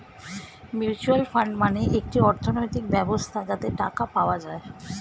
mutual fund মানে একটি অর্থনৈতিক ব্যবস্থা যাতে টাকা পাওয়া যায়